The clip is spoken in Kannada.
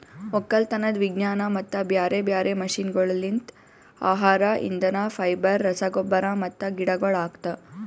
ಒಕ್ಕಲತನದ್ ವಿಜ್ಞಾನ ಮತ್ತ ಬ್ಯಾರೆ ಬ್ಯಾರೆ ಮಷೀನಗೊಳ್ಲಿಂತ್ ಆಹಾರ, ಇಂಧನ, ಫೈಬರ್, ರಸಗೊಬ್ಬರ ಮತ್ತ ಗಿಡಗೊಳ್ ಆಗ್ತದ